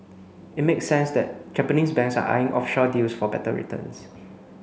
it makes sense that Japanese banks are eyeing offshore deals for better returns